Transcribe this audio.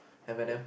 Eminem